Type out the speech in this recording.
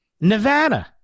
Nevada